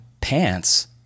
pants